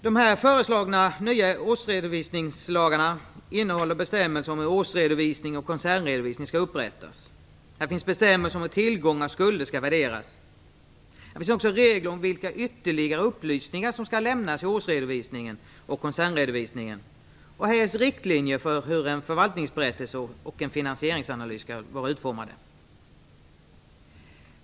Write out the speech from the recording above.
De föreslagna nya årsredovisningslagarna innehåller bestämmelser om hur årsredovisning och koncernredovisning skall upprättas. Här finns bestämmelser om hur tillgångar och skulder skall värderas. Det finns också regler om vilka ytterligare upplysningar som skall lämnas i års och koncernredovisning samt riktlinjer för hur en förvaltningsberättelse och en finansieringsanalys skall vara utformade.